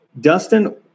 Dustin